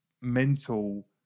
mental